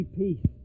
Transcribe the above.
peace